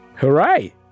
hooray